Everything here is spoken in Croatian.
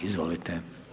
Izvolite.